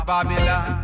Babylon